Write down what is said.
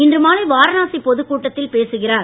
இன்று மாலை வாரணாசி பொதுக்கூட்டத்தில் பேசுகிறார்